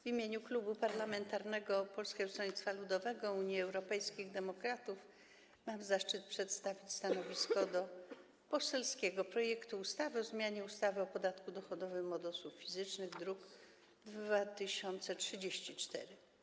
W imieniu Klubu Poselskiego Polskiego Stronnictwa Ludowego - Unii Europejskich Demokratów mam zaszczyt przedstawić stanowisko wobec poselskiego projektu ustawy o zmianie ustawy o podatku dochodowym od osób fizycznych, druk nr 2034.